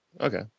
Okay